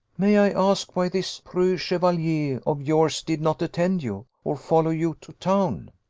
may i ask why this preux chevalier of yours did not attend you, or follow you to town?